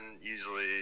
usually